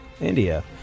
India